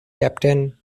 captain